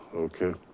okay.